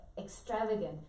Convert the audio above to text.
extravagant